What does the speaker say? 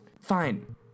Fine